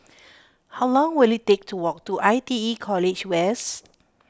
how long will it take to walk to I T E College West